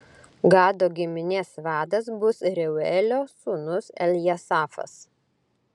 gado giminės vadas bus reuelio sūnus eljasafas